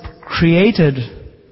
created